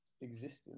existence